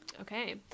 Okay